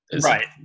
right